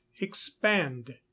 expand